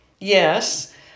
Yes